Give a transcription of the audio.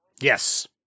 Yes